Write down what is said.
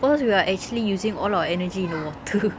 cause we are actually using all our energy in the water